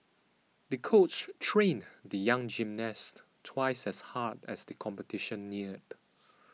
the coach trained the young gymnast twice as hard as the competition neared